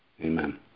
Amen